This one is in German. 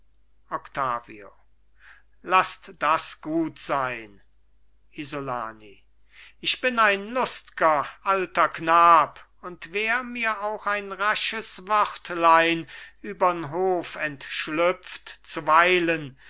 laßt das gut sein isolani ich bin ein lustger alter knab und wär mir auch ein rasches wörtlein übern hof entschlüpft zuweilen